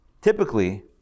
Typically